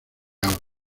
agua